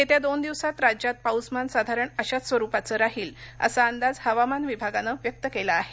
येत्या दोन दिवसात राज्यात पाऊसमान साधारण अशाच स्वरुपाचं राहील असा अंदाज हवामान विभागानं व्यक्त केला आहे